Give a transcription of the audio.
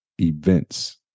events